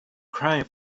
crying